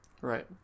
Right